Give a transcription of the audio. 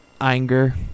anger